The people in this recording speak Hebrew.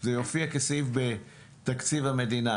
זה יופיע כסעיף בתקציב המדינה.